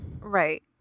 Right